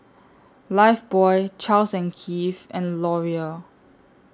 Lifebuoy Charles and Keith and Laurier